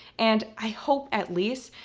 and i hope, at least,